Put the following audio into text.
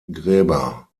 gräber